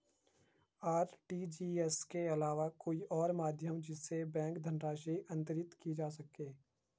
RTGS के अलावा कोई और माध्यम जिससे बैंक धनराशि अंतरित की जा सके?